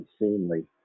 unseemly